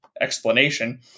explanation